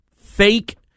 fake